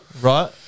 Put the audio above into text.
right